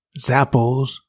Zappos